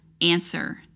answer